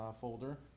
folder